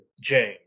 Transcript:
James